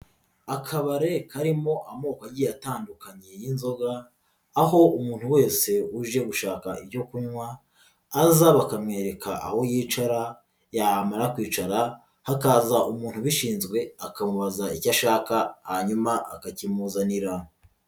Akabare karimo amoko agiye atandukanye y'inzoga, aho umuntu wese uje gushaka ibyo kunywa aza bakamwereka aho yicara, yamara kwicara hakaza umuntu ubishinzwe akamubaza icyo ashaka hanyuma akakimuzanira.